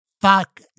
Fuck